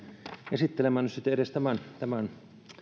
esittelemään nyt sitten edes tämän tämän